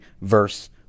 verse